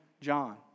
John